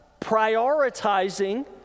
prioritizing